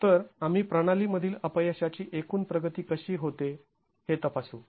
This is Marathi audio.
तर आम्ही प्रणालीमधील अपयशाची एकूण प्रगती कशी होते हे तपासू